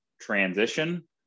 transition